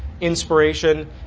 inspiration